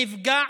נפגע,